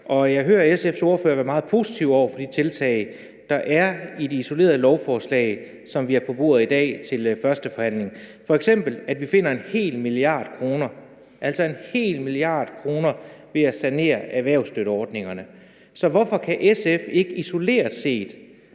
Jeg hører SF's ordfører være meget positiv over for de tiltag, der er i det isolerede lovforslag, som vi har på bordet i dag til første behandling, f.eks. det, at vi finder en hel millard kroner ved at sanere erhvervsstøtteordningerne. Så hvorfor kan SF ikke isoleret set